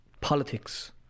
Politics